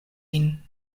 vin